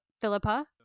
Philippa